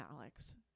Alex